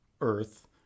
Earth